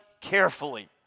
carefully